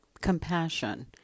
Compassion